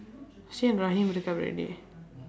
she and rahim break up already